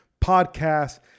Podcasts